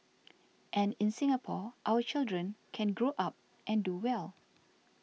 and in Singapore our children can grow up and do well